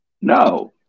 No